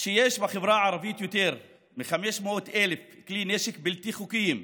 שיש בחברה הערבית יותר מ-500,000 כלי נשק בלתי חוקיים,